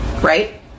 Right